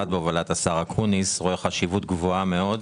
בהובלת השר אקוניס רואה חשיבות גדולה מאוד